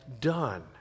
done